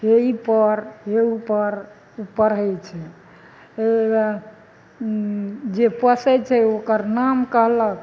हे ई पढ़ हे ओ पढ़ ओ पढ़य छै जे पोसै छै ओकर नाम कहलक